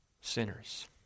sinners